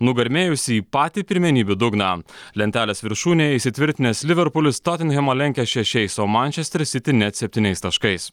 nugarmėjusį į patį pirmenybių dugną lentelės viršūnėje įsitvirtinęs liverpulis totenhemą lenkia šešiais o mančester siti net septyniais taškais